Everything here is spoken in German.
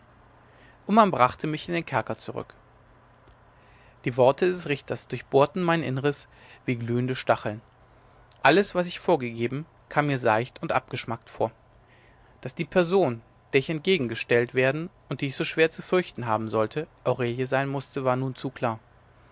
und man brachte mich in den kerker zurück die worte des richters durchbohrten mein innres wie glühende stacheln alles was ich vorgegeben kam mir seicht und abgeschmackt vor daß die person der ich entgegengestellt werden und die ich so schwer zu fürchten haben sollte aurelie sein mußte war nur zu klar